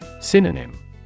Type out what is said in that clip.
Synonym